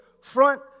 front